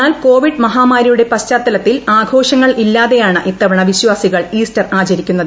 എന്നാൽ കോവിഡ് മഹാമാരിയുടെ പശ്ചാത്തലത്തിൽ ആഘോഷങ്ങൾ ഇല്ലാതെയാണ് ഇത്തവണ്ണൂ വിശ്വാസികൾ ഈസ്റ്റർ ആചരിക്കുന്നത്